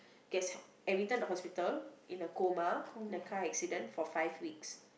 gets admitted into hospital in a coma the car accident for five weeks